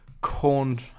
corn